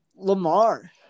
Lamar